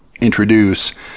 introduce